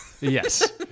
Yes